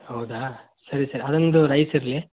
ಹೌದಾ ಸರಿ ಸರಿ ಅದೊಂದು ರೈಸ್ ಇರಲಿ